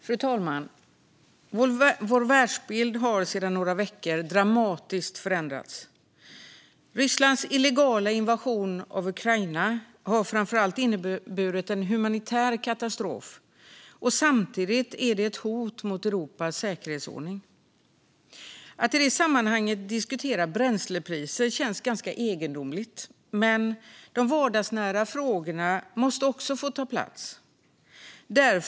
Fru talman! Vår världsbild har på några veckor dramatiskt förändrats. Rysslands illegala invasion av Ukraina har framför allt inneburit en humanitär katastrof, men samtidigt är den ett hot mot Europas säkerhetsordning. Att i det sammanhanget diskutera bränslepriser känns ganska egendomligt, men de vardagsnära frågorna måste också få ta plats.